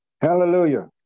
Hallelujah